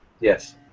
Yes